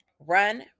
run